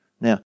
Now